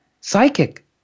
psychic